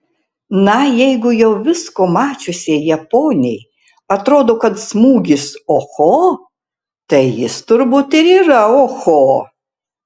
na jeigu jau visko mačiusiai japonei atrodo kad smūgis oho tai jis turbūt ir yra oho